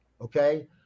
okay